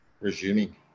Resuming